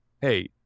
Hey